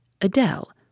Adele